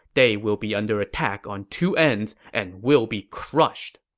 they will be under attack on two ends and will be crushed.